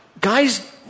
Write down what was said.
guys